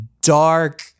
dark